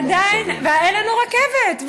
ואין לנו רכבת.